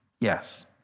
Yes